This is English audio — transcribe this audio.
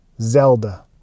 Zelda